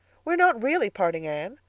we are not really parting, anne,